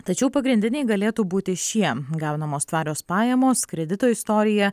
tačiau pagrindiniai galėtų būti šie gaunamos tvarios pajamos kredito istorija